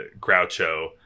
Groucho